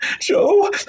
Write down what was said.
Joe